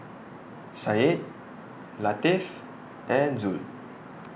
Syed Latif and Zul